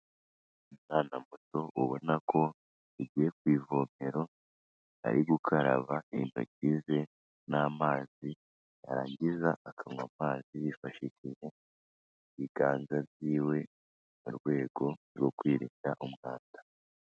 Umwana na muto ubona ko yagiye ku ivomero, ari gukaraba intoki ze n'amazi, yarangiza akanywa amazi yifashishije ibiganza byiwe, mu rwego rwo kwirinda umwanda.